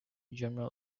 general